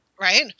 right